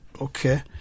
Okay